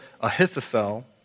Ahithophel